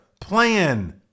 plan